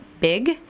big